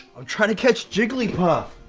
i'm trying to catch jigglypuff.